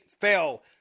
fell